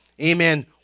amen